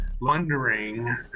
wondering